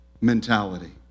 mentality